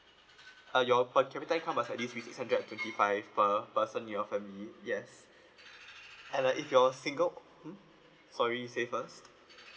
uh your per capita income must at least be six hundred and twenty five per person of your family yes and uh if you're single mm sorry you say first